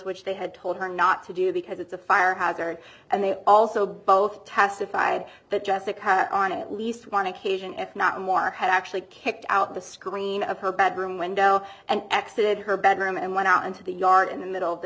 which they had told her not to do because it's a fire hazard and they also both testified that jessica on at least one occasion if not more had actually kicked out the screen of her bedroom window and exit her bedroom and went out into the yard in the middle of the